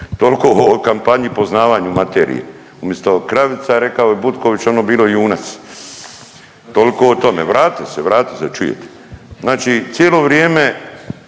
toliko o kampanji, poznavanju materije. Umjesto kravica rekao je Butković ono bio junac. Toliko o tome. Vratite se, vratite se da čujete. Znači cijelo vrijeme